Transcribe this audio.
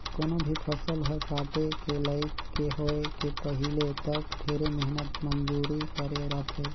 कोनो भी फसल हर काटे के लइक के होए के पहिले तक ढेरे मेहनत मंजूरी करे रथे